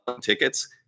tickets